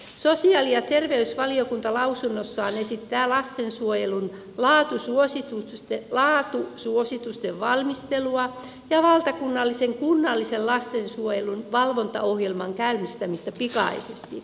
sosiaali ja terveysvaliokunta lausunnossaan esittää lastensuojelun laatusuositusten valmistelua ja valtakunnallisen lastensuojelun valvontaohjelman käynnistämistä pikaisesti